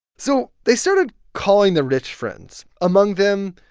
so they started calling their rich friends among them,